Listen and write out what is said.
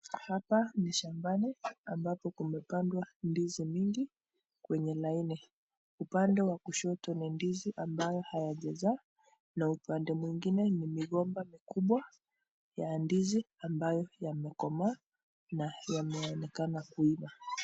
Hapa ni shambani ambapo kumepandwa ndizi mingi kwenye laini. Upande wa kushoto ni ndizi ambayo hayaja jaa na upande mwingine ni migomba mikubwa ya ndizi ambayo yamekoma na yameonekana kuiva.